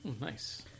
Nice